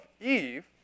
Eve